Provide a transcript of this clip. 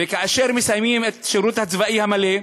וכאשר אנחנו מסיימים את השירות הצבאי המלא,